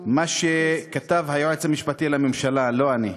מה שכתב היועץ המשפטי לממשלה, לא אני.